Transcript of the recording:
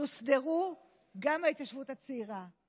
תוסדר גם ההתיישבות הצעירה.